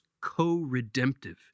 co-redemptive